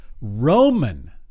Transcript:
Roman